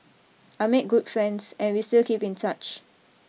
I made good friends and we still keep in touch